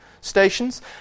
stations